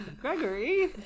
Gregory